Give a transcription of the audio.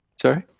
Sorry